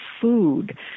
food